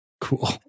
Cool